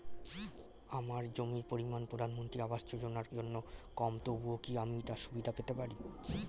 আমার জমির পরিমাণ প্রধানমন্ত্রী আবাস যোজনার জন্য কম তবুও কি আমি তার সুবিধা পেতে পারি?